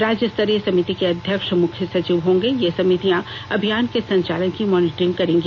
राज्यस्तरीय समिति के अध्यक्ष मुख्य सचिव होंगे ये समितियां अभियान के संचालन की मॉनिटरिंग करेगी